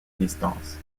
distance